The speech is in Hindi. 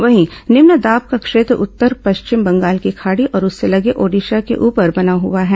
वहीं निम्न दाब का क्षेत्र उत्तर पश्चिम बंगाल की खाड़ी और उससे लगे ओडिशा के ऊपर बना हुआ है